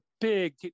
big